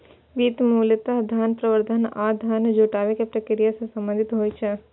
वित्त मूलतः धन प्रबंधन आ धन जुटाबै के प्रक्रिया सं संबंधित होइ छै